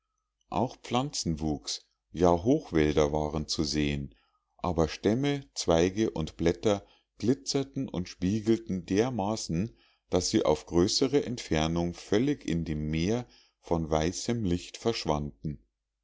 auch pflanzenwuchs ja hochwälder waren zu sehen aber stämme zweige und blätter glitzten und spiegelten dermaßen daß sie auf größere entfernung völlig in dem meer von weißem licht verschwanden